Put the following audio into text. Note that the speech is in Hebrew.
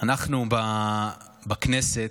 אנחנו בכנסת,